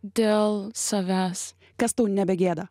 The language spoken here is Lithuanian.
dėl savęs kas tau nebegėda